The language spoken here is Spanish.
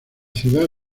ciudad